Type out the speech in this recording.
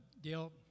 Dale